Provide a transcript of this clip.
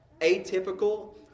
atypical